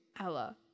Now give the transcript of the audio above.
Ella